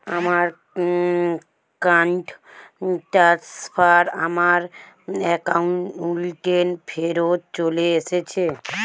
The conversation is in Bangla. আমার ফান্ড ট্রান্সফার আমার অ্যাকাউন্টেই ফেরত চলে এসেছে